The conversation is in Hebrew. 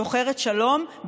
שוחרת שלום,